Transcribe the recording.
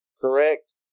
correct